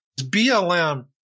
BLM